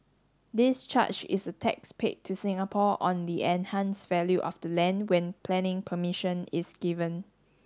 this charge is a tax paid to Singapore on the enhanced value of the land when planning permission is given